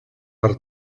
per